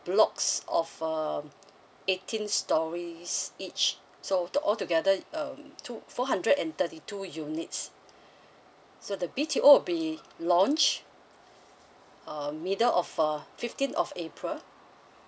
blocks of um eighteen stories each so to altogether um two four hundred and thirty two units so the B_T_O be launched um middle of uh fifteen of april